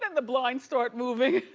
the blinds start moving.